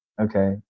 Okay